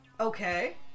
Okay